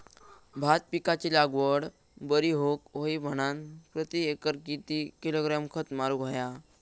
भात पिकाची लागवड बरी होऊक होई म्हणान प्रति एकर किती किलोग्रॅम खत मारुक होया?